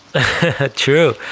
True